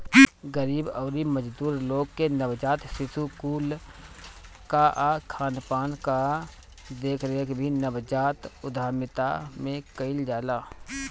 गरीब अउरी मजदूर लोग के नवजात शिशु कुल कअ खानपान कअ देखरेख भी नवजात उद्यमिता में कईल जाला